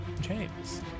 James